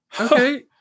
Okay